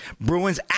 Bruins